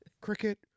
Cricket